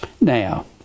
Now